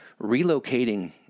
relocating